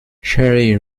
cherry